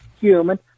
human